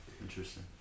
Interesting